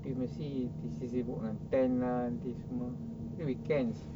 nanti mesti sibuk dengan tent lah nanti semua then weekends